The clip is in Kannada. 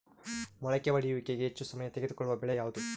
ಮೊಳಕೆ ಒಡೆಯುವಿಕೆಗೆ ಹೆಚ್ಚು ಸಮಯ ತೆಗೆದುಕೊಳ್ಳುವ ಬೆಳೆ ಯಾವುದು?